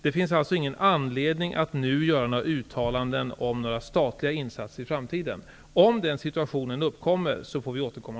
Det finns alltså ingen anledning att nu göra några uttalanden om statliga insatser i framtiden. Om den situationen uppkommer får vi återkomma.